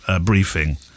briefing